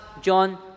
John